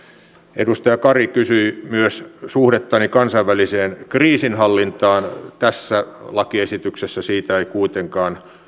edustaja kari kysyi myös suhdettani kansainväliseen kriisinhallintaan tässä lakiesityksessä siitä ei kuitenkaan